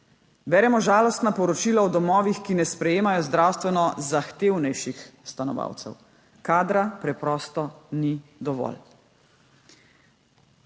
Beremo žalostna poročila o domovih, ki ne sprejemajo zdravstveno zahtevnejših stanovalcev. Kadra preprosto ni dovolj.